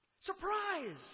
Surprise